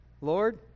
Lord